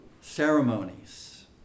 ceremonies